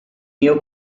new